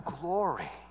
glory